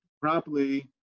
properly